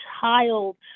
child